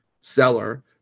seller